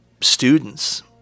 students